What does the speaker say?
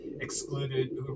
excluded